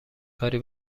کاری